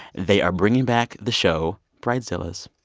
they are bringing back the show bridezillas